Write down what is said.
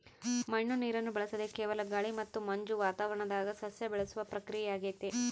ಮಣ್ಣು ನೀರನ್ನು ಬಳಸದೆ ಕೇವಲ ಗಾಳಿ ಮತ್ತು ಮಂಜು ವಾತಾವರಣದಾಗ ಸಸ್ಯ ಬೆಳೆಸುವ ಪ್ರಕ್ರಿಯೆಯಾಗೆತೆ